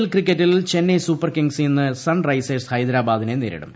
L ക്രിക്കറ്റിൽ Chennai Super Kings ഇന്ന് Sunrisers ഹൈദ്രാബാദിനെ നേരിടും